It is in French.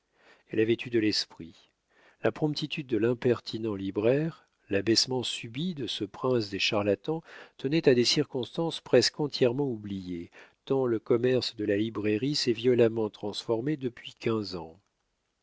elle avait eu de l'esprit la promptitude de l'impertinent libraire l'abaissement subit de ce prince des charlatans tenait à des circonstances presque entièrement oubliées tant le commerce de la librairie s'est violemment transformé depuis quinze ans